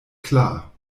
klar